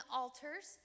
altars